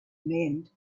mend